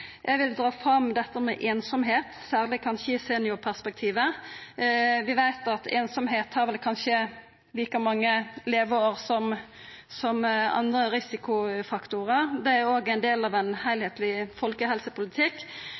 Eg vil dra fram dette med einsemd, særleg kanskje i seniorperspektivet – vi veit at einsemd tar vel kanskje like mange leveår som andre risikofaktorar. Det er òg ein del av ein heilskapleg folkehelsepolitikk.